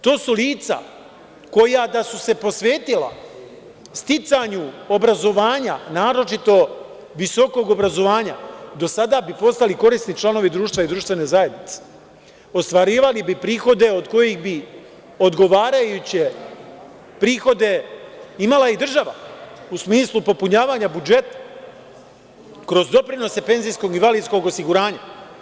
To su lica koja da su se posvetila sticanju obrazovanja, naročito visokog obrazovanja, do sada bi postali korisni članovi društva i društvene zajednice, ostvarivali bi prihode od kojih bi odgovarajuće prihode imala i država, u smislu popunjavanja budžeta kroz doprinose penzijsko-invalidskog osiguranja.